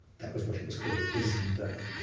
that was what it was called, buddhism in burma.